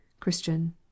CHRISTIAN